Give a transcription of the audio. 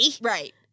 Right